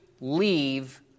leave